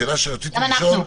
גם אנחנו.